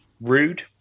rude